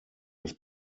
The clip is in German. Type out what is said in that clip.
das